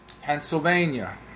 Pennsylvania